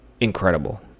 incredible